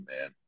man